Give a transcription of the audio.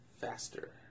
faster